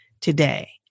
today